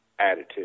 attitude